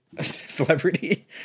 celebrity